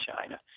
China